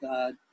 God